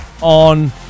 on